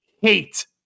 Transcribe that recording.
hate